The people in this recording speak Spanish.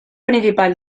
principal